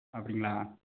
அப்படிங்களா